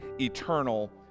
eternal